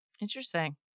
Interesting